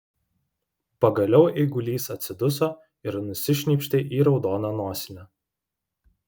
pagaliau eigulys atsiduso ir nusišnypštė į raudoną nosinę